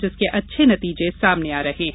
जिसके अच्छे नतीजे सामने आ रहे हैं